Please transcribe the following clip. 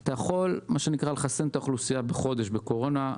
אתה יכול לחסן את האוכלוסייה בחודש בקורונה,